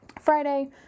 Friday